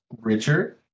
richard